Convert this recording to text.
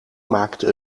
maakte